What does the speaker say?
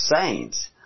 saints